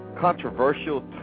controversial